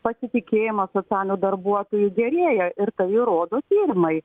pasitikėjimas socialiniu darbuotoju gerėja ir tai įrodo tyrimai